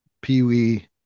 Pee-wee